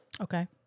Okay